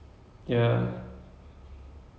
and then the entire episode is like